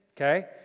okay